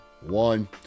One